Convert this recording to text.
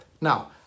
Now